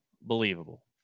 believable